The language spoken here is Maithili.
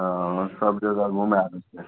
हँ सब जगह घुमै आबै छै